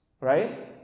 Right